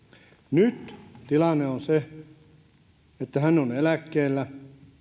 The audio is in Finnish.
nyt tilanne on se että hän on eläkkeellä